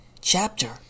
chapter